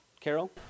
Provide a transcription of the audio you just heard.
Carol